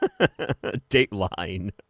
Dateline